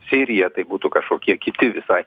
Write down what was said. sirija tai būtų kažkokie kiti visai